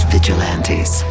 Vigilantes